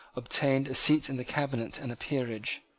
obtained a seat in the cabinet and a peerage.